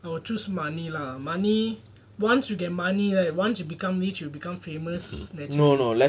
I will choose money lah money once you get money right once you become rich you become famous naturally